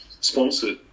sponsored